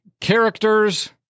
characters